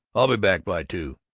i'll be back by two.